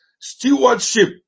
stewardship